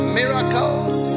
miracles